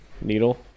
Needle